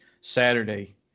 Saturday